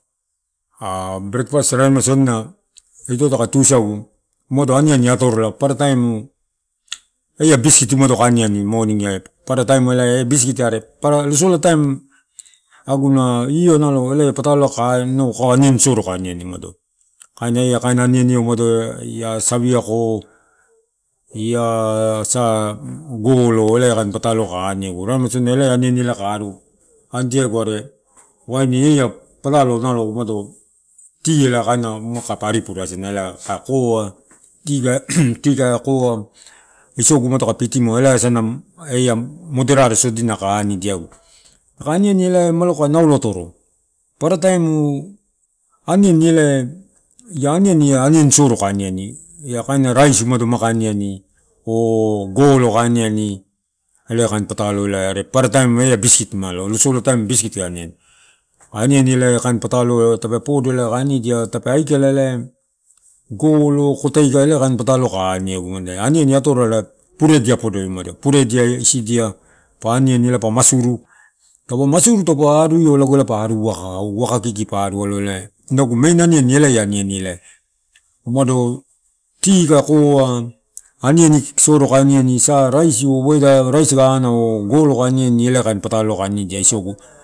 Ah breakfast raremasodina ito taka tusagu umado aniani atorola paparataim eh ia biscuit umado kai aniani morning ai paparataim eh biscuit are losola taim aguna io nalo elai a- aniani soro kai aniani, kaina eh kain aniani umado eh ia sovioko ia sa golo elai ia pataloua kai aniegu raremaisodina eh a aniani eh kain anidiaegu are aini patalo umado tea kaina maka aripure isina ela kai koa tea kai koa. Isogu umana la kai freetimua ela agana moderoreai sodina kai aniegu. Taka aniani ela maka nalo atoro. Paparataimu aniani ela, ia aniani ela aniani soro kai aniani, ia kain raisi umado kai aniani og golo kai aniani, ia kain raisi umado kai aniani oh golo kai aniani ela kain pataloua. Are paparataim eh ia biscuit umado kai aniani. Losolataim biscuit kai aniani, kai aniani eh kain patalo tape podo kai anidia tape aikala umado eh kain pataloua, golo, koteka ela kain pataloua kai. Aniegu aniani atorola puredia podo umado. Puredia isidia pa aniani pa masuru. Taupa masuru taupe ari io, lago ela, pa aru uwaka. Uwaka kiki pa aru alo eu, ela inau agu main aniani ia elai, umado tea kai koa, aniani soro kai aniani, sa, raisi oh weda sa, raisi kai aniani, sa, raisi on weda sa, raisi kai aniani oh golo kai aniani ela kain pataloua kai aniani isagu.